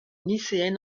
lycéenne